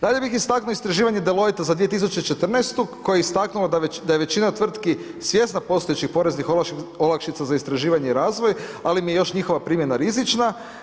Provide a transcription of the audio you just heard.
Dalje bih istaknuo istraživanje Deloittea za 2014. koji je istaknuo da je većina tvrtki svjesna postojećih poreznih olakšica za istraživanje i razvoj, ali im je još njihova primjena rizična.